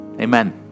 Amen